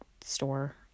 store